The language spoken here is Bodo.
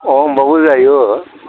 अ होमबाबो जायो